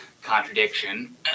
contradiction